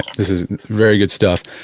this is very good stuff.